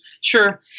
Sure